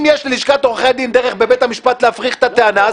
אם יש ללשכת עורכי הדין דרך בבית המשפט להפריך את הטענה,